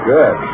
Good